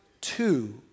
two